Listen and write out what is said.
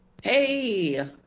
Hey